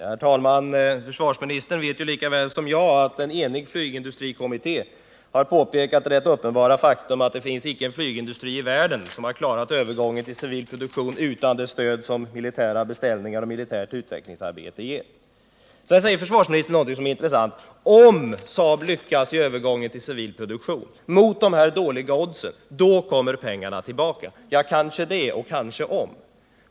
Herr talman! Försvarsministern vet lika väl som jag att en enig flygindustrikommitté har påpekat det rätt uppenbara faktum, att det icke finns en flygindustri i världen som har klarat övergången till civil produktion utan det stöd som militära beställningar och militärt utvecklingsarbete ger. Försvarsministern säger någonting som är intressant: Om Saab lyckas i övergången till civil produktion — mot de här dåliga oddsen - då kommer pengarna tillbaka. Ja, kanske det, och kanske om.